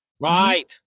right